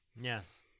Yes